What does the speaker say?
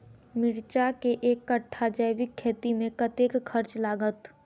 मिर्चा केँ एक कट्ठा जैविक खेती मे कतेक खर्च लागत?